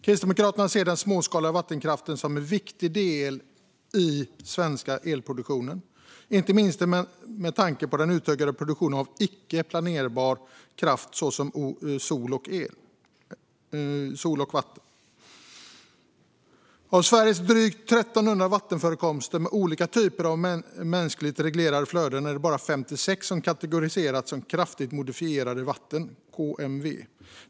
Kristdemokraterna ser den småskaliga vattenkraften som en viktig del i den svenska elproduktionen, inte minst med tanke på den utökade produktionen av icke planerbar kraft i form av sol och vatten. Av Sveriges drygt 1 300 vattenförekomster med olika typer av mänskligt reglerade flöden är det bara 56 som kategoriserats som kraftigt modifierade vatten - KMV.